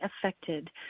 affected